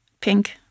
pink